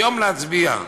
היום להצביע עליו?